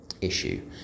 issue